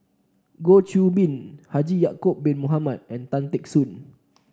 Goh Qiu Bin Haji Ya'acob Bin Mohamed and Tan Teck Soon